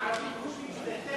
ערבים, וחושבים שזה טבח.